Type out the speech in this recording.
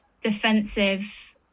defensive